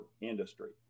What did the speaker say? industry